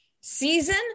season